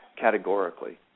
categorically